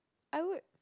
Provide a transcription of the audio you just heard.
I would